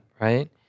right